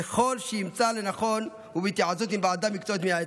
ככל שימצא לנכון ובהתייעצות עם ועדה מקצועית מייעצת.